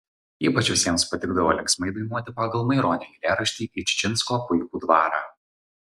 ypač visiems patikdavo linksmai dainuoti pagal maironio eilėraštį į čičinsko puikų dvarą